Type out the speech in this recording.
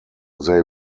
they